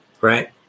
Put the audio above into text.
right